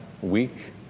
week